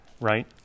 right